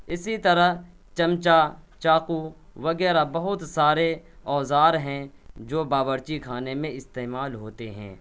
اسی طرح چمچہ چاقو وغیرہ بہت سارے اوزار ہیں جو باورچی خانے میں استعمال ہوتے ہیں